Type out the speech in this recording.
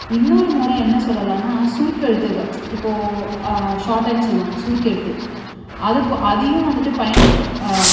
இன்னொரு முற என்ன சொல்லலாம்னா சுருக்கெழுத்துகள் இப்போ ஷார்ட்டாண்ட் சொல்லுவாங்கள் சுருக்கெழுத்து அது போ அதையும் வந்துட்டு பயன்